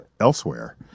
Elsewhere